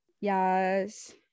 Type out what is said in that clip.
Yes